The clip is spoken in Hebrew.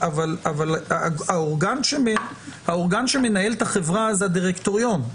האורגן שמנהל את החברה זה הדירקטוריון,